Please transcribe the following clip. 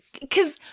because-